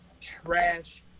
trash